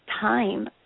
time